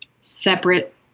separate